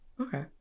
Okay